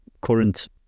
current